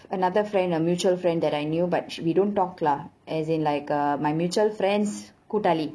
another friend a mutual friend that I knew but we don't talk lah as in like uh my mutual friends கூட்டாளி:kootaali